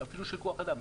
אפילו של כוח אדם,